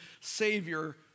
Savior